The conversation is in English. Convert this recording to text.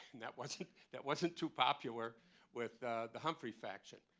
that wasn't that wasn't too popular with the humphrey faction.